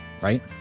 right